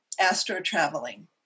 astro-traveling